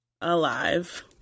alive